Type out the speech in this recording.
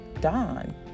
don